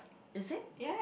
is it